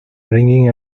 ringing